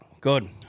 Good